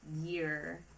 year